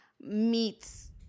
meets